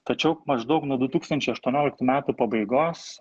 tačiau maždaug nuo du tūkstančiai aštuonioliktų metų pabaigos